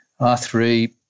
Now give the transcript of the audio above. R3